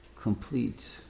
complete